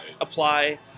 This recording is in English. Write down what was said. apply